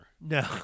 No